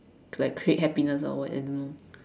like create happiness or what I don't know